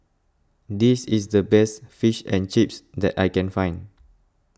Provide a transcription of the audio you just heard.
this is the best Fish and Chips that I can find